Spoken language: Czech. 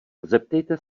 zeptejte